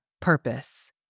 purpose